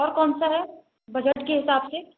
और कौन सा है बजट के हिसाब से